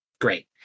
great